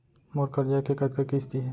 मोर करजा के कतका किस्ती हे?